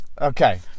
Okay